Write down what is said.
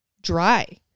dry